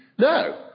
No